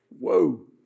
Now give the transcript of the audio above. Whoa